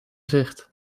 zicht